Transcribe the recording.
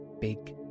big